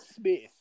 Smith